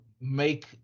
make